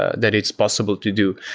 ah that it's possible to do.